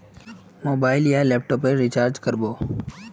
Mobile या laptop पेर recharge कर बो?